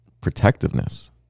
protectiveness